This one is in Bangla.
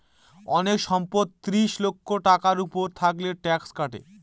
অনেক সম্পদ ত্রিশ লক্ষ টাকার উপর থাকলে ট্যাক্স কাটে